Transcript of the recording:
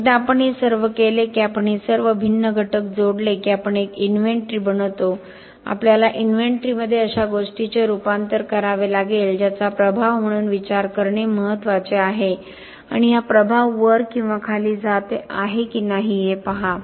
एकदा आपण हे सर्व केले की आपण हे सर्व भिन्न घटक जोडले की आपण एक इन्व्हेंटरी बनवतो आपल्याला इन्व्हेंटरीमध्ये अशा गोष्टीचे रूपांतर करावे लागेल ज्याचा प्रभाव म्हणून विचार करणे महत्वाचे आहे आणि हा प्रभाव वर किंवा खाली जात आहे की नाही हे पहा